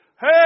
Hey